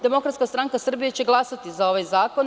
Demokratska stranka Srbije će glasati za ovaj zakon.